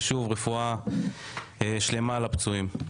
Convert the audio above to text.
ושוב, רפואה שלמה לפצועים.